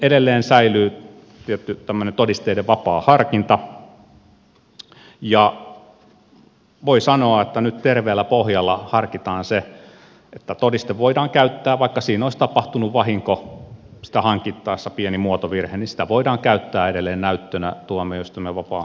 edelleen säilyy tietty tämmöinen todisteiden vapaa harkinta ja voi sanoa että nyt terveellä pohjalla harkitaan se että todistetta voidaan käyttää vaikka sitä hankittaessa olisi tapahtunut vahinko pieni muotovirhe edelleen näyttönä tuomioistuimen vapaan harkinnan mukaan